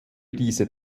diese